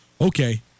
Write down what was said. Okay